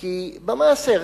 כי במאי הסרט,